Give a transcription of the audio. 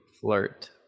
flirt